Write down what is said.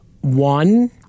One